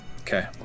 Okay